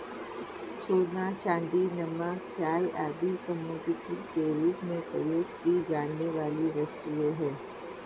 सोना, चांदी, नमक, चाय आदि कमोडिटी के रूप में प्रयोग की जाने वाली वस्तुएँ हैं